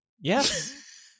Yes